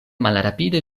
malrapide